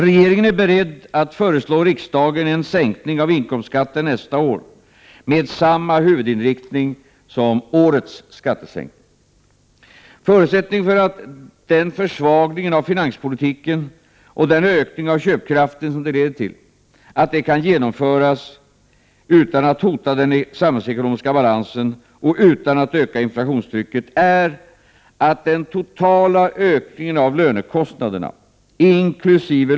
Regeringen är beredd att föreslå riksdagen en sänkning av inkomstskatten nästa år med samma huvudinriktning som årets skattesänkning. Förutsättningen för den försvagning av finanspolitiken och den ökning av köpkraften som detta leder till, och att detta kan genomföras utan att hota den samhällsekonomiska balansen och utan att öka inflationstrycket, är att den totala ökningen av lönekostnaderna, inkl.